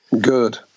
good